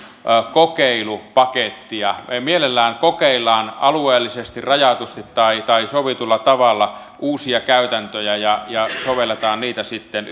kokeilupakettia mielellään kokeillaan alueellisesti rajatusti tai tai sovitulla tavalla uusia käytäntöjä ja ja sovelletaan niitä sitten